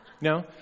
No